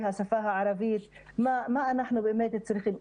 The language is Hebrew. השפה הערבית לגבי מה אנחנו באמת צריכים.